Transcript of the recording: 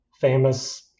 famous